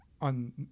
on